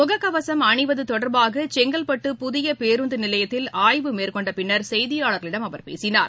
முகக்கவசம் அனிவது தொடர்பாக செங்கல்பட்டு புதிய பேருந்து நிலையத்தில் ஆய்வு மேற்கொண்ட பின்னர் செய்தியாளர்களிடம் அவர் பேசினார்